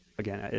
again,